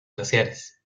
glaciares